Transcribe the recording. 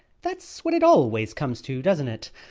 that's what it always comes to, doesn't it?